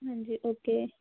ਹਾਂਜੀ ਓਕੇ